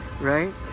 right